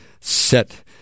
set